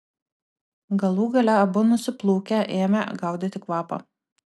galų gale abu nusiplūkę ėmė gaudyti kvapą